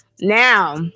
Now